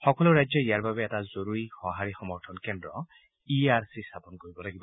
সকলো ৰাজ্যই ইয়াৰ বাবে এটা জৰুৰী সহাৰি সমৰ্থন কেন্দ্ৰ ই আৰ চি স্থাপন কৰিব লাগিব